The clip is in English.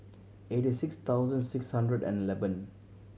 eighty six thousand six hundred and eleven